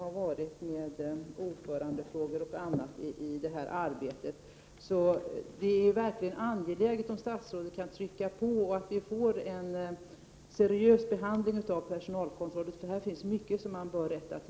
Kan civilministern garantera att inte de lägst avlönade inom den statliga sektorn får en sämre löneutveckling än de högst avlönade?